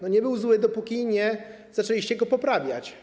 Nie był zły, dopóki nie zaczęliście go poprawiać.